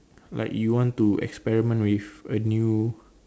like you want to experiment with a new